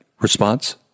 Response